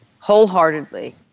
wholeheartedly